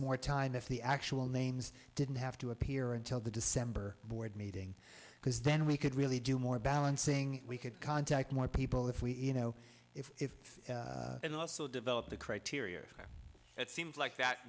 more time if the actual names didn't have to appear until the december board meeting because then we could really do more balancing we could contact more people if we you know if developed the criteria it seems like that